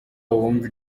wumve